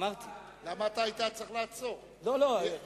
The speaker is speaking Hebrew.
המדיניות הכלכלית של מדינת